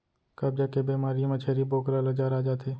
कब्ज के बेमारी म छेरी बोकरा ल जर आ जाथे